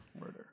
murder